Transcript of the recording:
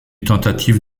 tentative